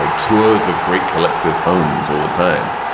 ah tours of great collectors homes all the time.